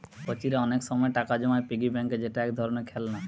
কচিরা অনেক সময় টাকা জমায় পিগি ব্যাংকে যেটা এক ধরণের খেলনা